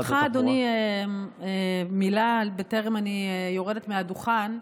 אז ברשותך, אדוני, מילה בטרם אני יורדת מהדוכן,